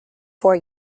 four